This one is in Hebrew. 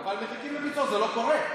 אבל מחכים לביצוע, זה לא קורה.